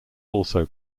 also